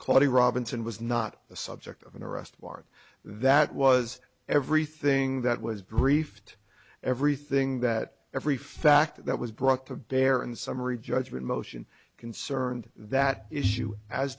claudy robinson was not the subject of an arrest warrant that was everything that was briefed everything that every factor that was brought to bear in summary judgment motion concerned that issue as